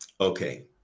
Okay